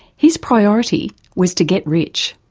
his priority was to get rich.